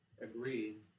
agreed